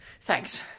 thanks